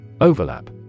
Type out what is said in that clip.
Overlap